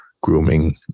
grooming